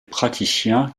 praticiens